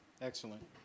Excellent